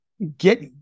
Get